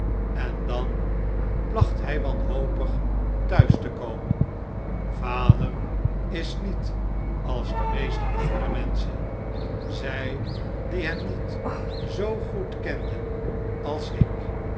en dan placht hij wanhopig thuis te komen vader is niet als de meeste andere menschen zij die hem niet zoo goed kenden als ik